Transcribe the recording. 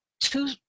two